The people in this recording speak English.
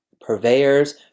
purveyors